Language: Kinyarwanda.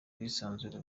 bwisanzure